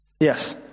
Yes